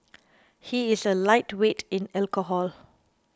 he is a lightweight in alcohol